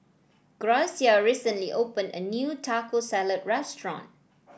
Gracia recently opened a new Taco Salad restaurant